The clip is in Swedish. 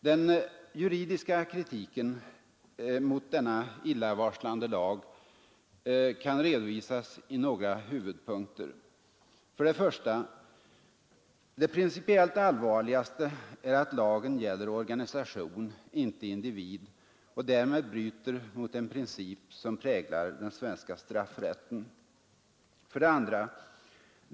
Den juridiska kritiken mot denna illavarslande lag kan redovisas i några huvudpunkter: 1. Det principiellt allvarligaste är att lagen gäller organisation — inte individ — och därmed bryter mot en princip som präglar den svenska straffrätten. 2.